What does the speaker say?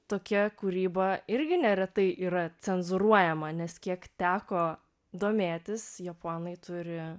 tokia kūryba irgi neretai yra cenzūruojama nes kiek teko domėtis japonai turi